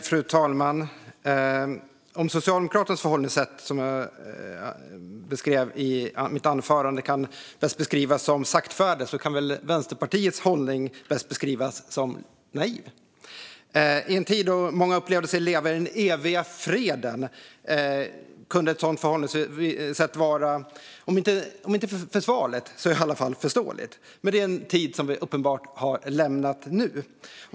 Fru talman! Om Socialdemokraternas förhållningssätt - som jag beskrev i mitt anförande - kan beskrivas som saktfärdigt, kan väl Vänsterpartiets hållning bäst beskrivas som naiv. I en tid då många upplevde sig leva i den eviga freden kunde ett sådant förhållningssätt vara om inte försvarligt så i alla fall förståeligt. Men det är en tid som vi uppenbart har lämnat nu.